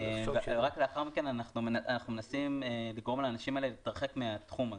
לאחר מכן אנחנו מנסים לגרום לאנשים האלה להתרחק מהתחום הזה.